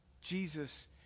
Jesus